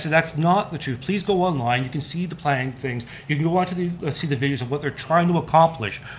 that's not the truth, please go online, you can see the planning things, if you want to see the videos of what they're trying to accomplish,